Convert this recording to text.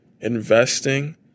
investing